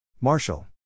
Marshall